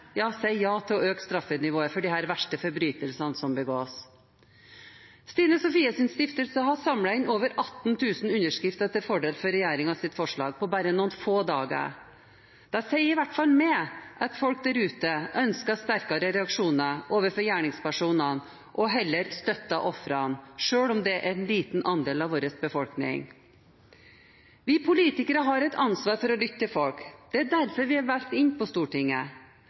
ja til å øke straffenivået for de verste forbrytelsene som begås. Stine Sofies Stiftelse har samlet inn over 18 000 underskrifter til fordel for regjeringens forslag på bare noen få dager. Dette sier i alle fall meg at folk der ute ønsker sterkere reaksjoner overfor gjerningspersonene og heller støtter ofrene, selv om det er en liten andel av vår befolkning. Vi politikere har et ansvar for å lytte til folk. Det er derfor vi er valgt inn på Stortinget.